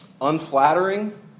unflattering